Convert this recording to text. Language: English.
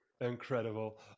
Incredible